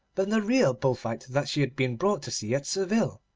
than the real bull-fight that she had been brought to see at seville,